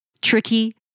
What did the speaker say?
Tricky